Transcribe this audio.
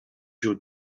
шүү